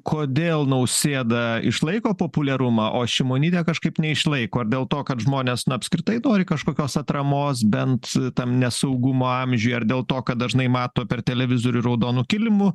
kodėl nausėda išlaiko populiarumą o šimonytė kažkaip neišlaiko dėl to kad žmonės na apskritai nori kažkokios atramos bent tam nesaugumo amžiuj ar dėl to kad dažnai mato per televizorių raudonu kilimu